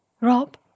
Rob